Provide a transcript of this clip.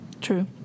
True